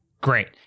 great